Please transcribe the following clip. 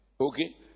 Okay